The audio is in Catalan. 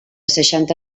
seixanta